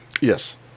Yes